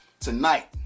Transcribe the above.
Tonight